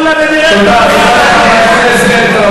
תודה לחברי הכנסת.